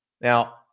Now